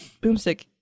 Boomstick